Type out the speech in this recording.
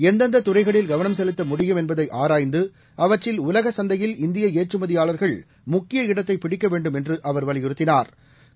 எந்தெந்ததுறைகளில் கவனம் செலுத்த முடியும் என்பதைஆராய்ந்துஅவற்றில் உலகசந்தையில் இந்தியஏற்றுமதியாளா்கள் முக்கிய இடத்தைபிடிக்கவேண்டும் என்றுஅவா் வலியுறுத்தினாா்